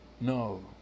No